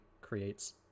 creates